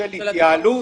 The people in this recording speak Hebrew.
של התייעלות,